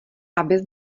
abys